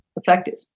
effective